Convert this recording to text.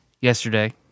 yesterday